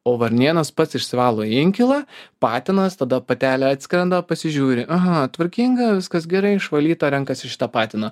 o varnėnas pats išsivalo inkilą patinas tada patelė atskrenda pasižiūri aha tvarkinga viskas gerai išvalyta renkasi šitą patiną